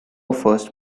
first